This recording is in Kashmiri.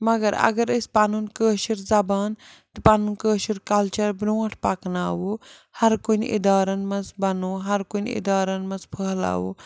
مگر اَگر أسۍ پَنُن کٲشٕر زبان تہِ پَنُن کٲشُر کَلچَر برٛونٛٹھ پَکناوو ہَر کُنہِ اِدارَن منٛز بَنو ہَر کُنہِ اِدارَن منٛز پھٔہلاوو